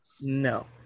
No